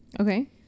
Okay